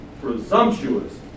presumptuous